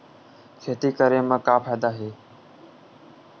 खेती करे म का फ़ायदा हे?